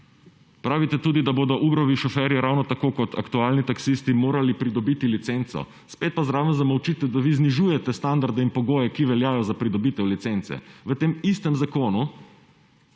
Pravite tudi, da bodo Ubrovi šoferji, ravno tako, kot aktualni taksisti, morali pridobiti licenco, spet pa zraven zamolčite, da vi znižujete standarde in pogoje, ki veljajo za pridobitev licence. V tem istem zakonu